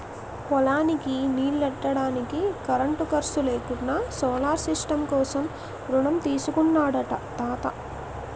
పొలానికి నీల్లెట్టడానికి కరెంటు ఖర్సు లేకుండా సోలార్ సిస్టం కోసం రుణం తీసుకున్నాడట తాత